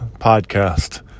podcast